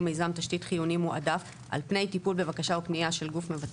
מיזם תשתית חיוני מועדף על פני טיפול בבקשה או פנייה של גוף מבצע".